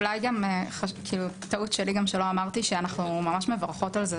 אולי גם טעות שלי שלא אמרתי שאנחנו ממש מברכות על זה,